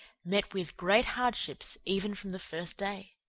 met with great hardships even from the first day.